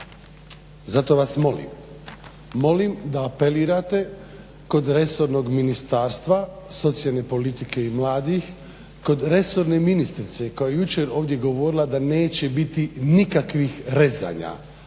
Zato vas molim, molim da apelirate kod resornog Ministarstva socijalne politike i mladih, kod resorne ministrice koja je jučer ovdje govorila da neće biti nikakvih rezanja,